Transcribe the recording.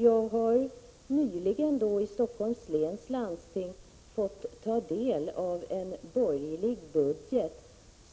Jag har nyligen i Helsingforss läns landsting fått ta del av en borgerlig budget